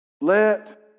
Let